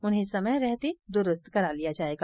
उन्हें समय रहते दुरुस्त करा लिया जाएगा